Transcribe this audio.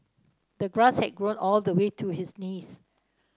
the grass had grown all the way to his knees